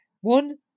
One